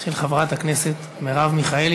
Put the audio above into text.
של חברת הכנסת מרב מיכאלי,